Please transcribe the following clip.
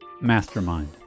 mastermind